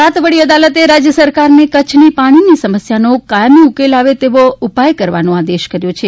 ગુજરાત વડી અદાલતે રાજય સરકારને કચ્છની પાણીની સમસ્યાનો કાયમી ઉકેલ આવે તેવા ઉપાય કરવાનો આદેશ કર્યો છે